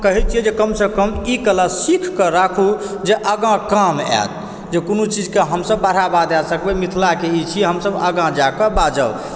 कहै छियै जे कम से कम ई कला सीख के राखूँ जे आगाँ काम आयत जे कोनो चीज़ के हमसब बढ़ाबा दय सकबै मिथिला के ई छी जे हमसब आगाँ जाकऽ बाजब